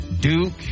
Duke